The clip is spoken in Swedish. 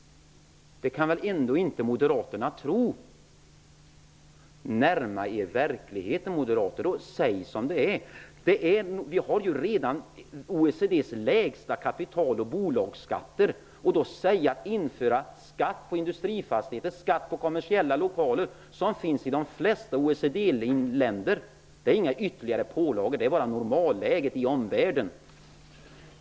Det kan väl ändå inte Moderaterna tro? Närma er verkligheten, moderater, och säg som det är! Vi har redan OECD:s lägsta kapital och bolagsskatter. Skatt på industrifastigheter och skatt på kommersiella lokaler, som finns i de flesta OECD-länder, är inga ytterligare pålagor. Det är bara normalläget i omvärlden.